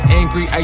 angry